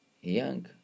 Young